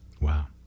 Wow